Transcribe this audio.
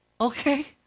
Okay